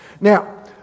Now